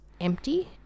empty